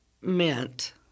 Meant